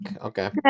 Okay